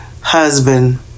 husband